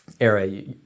area